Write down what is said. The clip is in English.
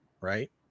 right